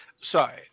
Sorry